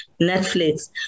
Netflix